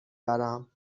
برم